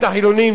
תודה, אדוני.